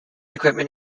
equipment